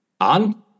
On